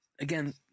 Again